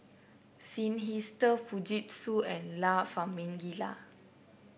Seinheiser Fujitsu and La Famiglia